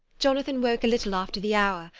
jonathan woke a little after the hour,